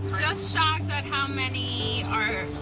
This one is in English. just shocked at how many are.